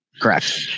Correct